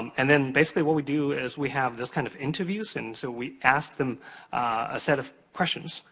and then, basically, what we do, is we have those kind of interviews. and, so, we ask them a set of questions,